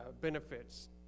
benefits